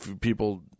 people